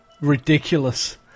ridiculous